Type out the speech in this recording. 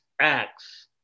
acts